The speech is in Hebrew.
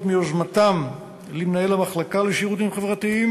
מיוזמתם למנהל המחלקה לשירותים חברתיים